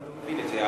אני לא מבין את זה.